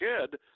kid